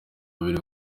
babiri